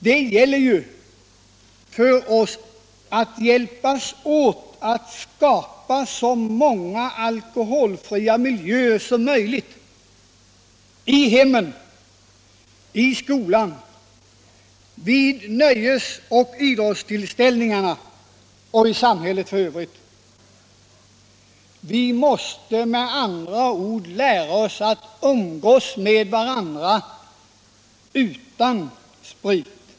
Det gäller ju för oss att hjälpas åt att skapa så många alkoholfria miljöer som möjligt i hemmen, i skolan, vid nöjesoch idrottstillställningar och i samhället i övrigt. Vi måste med andra ord lära oss att umgås med varandra utan sprit.